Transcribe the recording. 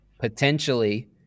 potentially